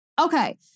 Okay